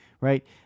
right